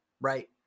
right